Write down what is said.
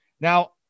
Now